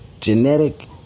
genetic